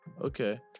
Okay